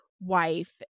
wife